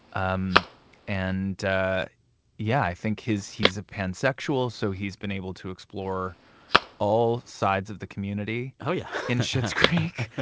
um and yeah, i think his he's a pansexual, so he's been able to explore all sides of the community oh, yeah. in schitt's creek.